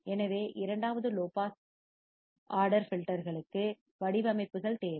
எனவே இரண்டாவது low pass order ஃபில்டர்களுக்கு வடிவமைப்புகள் தேவை